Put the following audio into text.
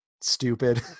stupid